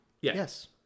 yes